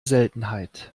seltenheit